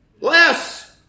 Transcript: Less